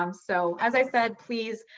um so, as i said, please,